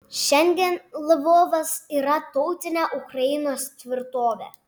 šiandien lvovas yra tautinė ukrainos tvirtovė